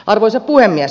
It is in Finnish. arvoisa puhemies